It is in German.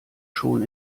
schon